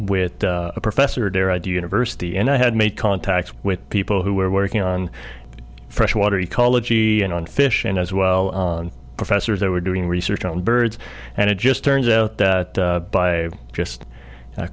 with a professor there i do university and i had made contact with people who were working on freshwater ecology and on fish and as well on professors they were doing research on birds and it just turns out that by just